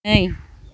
नै